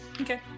Okay